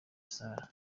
sala